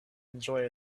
enjoy